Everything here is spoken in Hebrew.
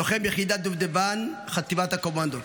לוחם ביחידת דובדבן, חטיבת הקומנדו.